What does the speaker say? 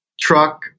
truck